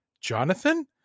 Jonathan